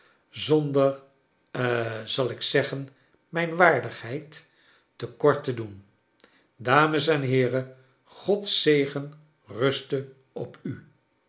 zonder ha zal ik zeggen mijn waaxdigheid te kort te doen dames en heeren god's zegen ruste op ul